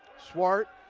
swart